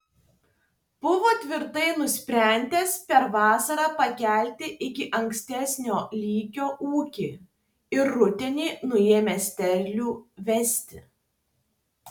buvo tvirtai nusprendęs per vasarą pakelti iki ankstesnio lygio ūkį ir rudenį nuėmęs derlių vesti